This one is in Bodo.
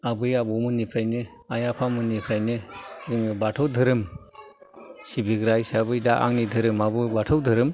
आबै आबौमोननिफ्रायनो आइ आफामोननिफ्रायनो जोङो बाथौ धोरोम सिबिग्रा हिसाबै दा आंनि धोरोमाबो बाथौ धोरोम